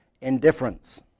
indifference